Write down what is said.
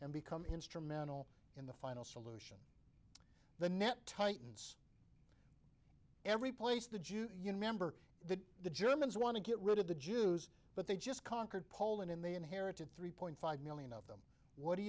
and become instrumental in the final solution the net tightens every place the jews you know member that the germans want to get rid of the jews but they just conquered poland in they inherited three point five million of them what do